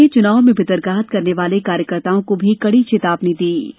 उन्होंने चुनाव में भीतरघात करने वाले कार्यकर्ताओं को कड़ी चेतावनी भी दी